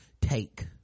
take